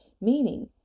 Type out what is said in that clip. Meaning